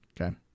Okay